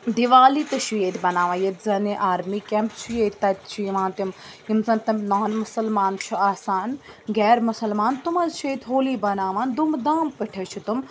دِوالی تہِ چھُ ییٚتہِ بَناوان ییٚتہِ زَن یہِ آرمی کٮ۪مپ چھِ ییٚتہِ تَتہِ چھِ یِوان تِم یِم زَن تِم نان مُسلمان چھُ آسان غیر مُسلمان تِم حظ چھِ ییٚتہِ ہولی بَناوان دھُم دھام پٲٹھۍ حظ چھِ تِم